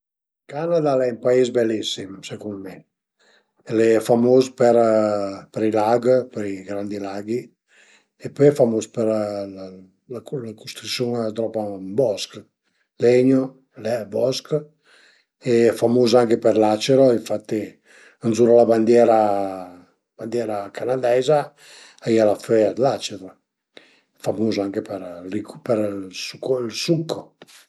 Sicürament i vantagi a sun che së ses famus i las i soldi, l'as la pusibilità dë fe tante coze, però a i e anche lë zvantagi che a t'sarìu sempre ados për për për gli autografi, për cule coze li e mi gia a m'piazerìa nen 'na coza del genere